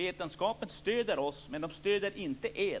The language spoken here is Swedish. Vetenskapen stöder oss, men den stöder inte er.